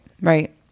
right